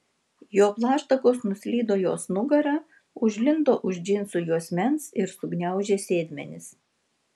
jo plaštakos nuslydo jos nugara užlindo už džinsų juosmens ir sugniaužė sėdmenis